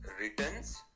returns